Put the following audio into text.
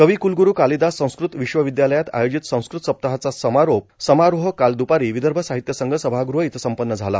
कविक्लग्ररू कालिदास संस्कृत विश्वविद्यालयात आयोजित संस्कृत सप्ताहाचा समारोप समारोह काल दुपारी विदर्भ साहित्य संघ सभागृह इथं संपन्न झाला